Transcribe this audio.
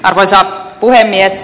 arvoisa puhemies